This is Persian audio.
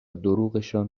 دروغشان